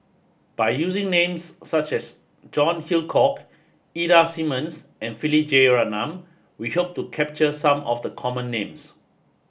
by using names such as John Hitchcock Ida Simmons and Philip Jeyaretnam we hope to capture some of the common names